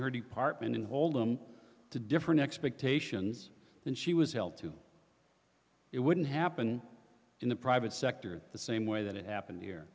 her department involved to different expectations and she was held to it wouldn't happen in the private sector the same way that it happened here